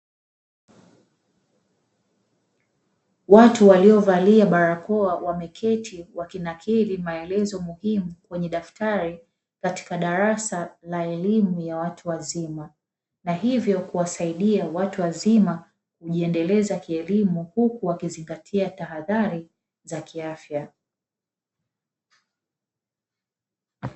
Watu waliovalia barakoa wameketi, wakinakili maelezo muhimu kwenye daftari katika darasa la elimu ya watu wazima. Na hivyo kuwasaidia watu wazima kujiendeleza kielimu huku wakizingatia tahadhari za kiafya.